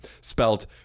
spelt